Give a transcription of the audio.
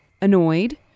annoyed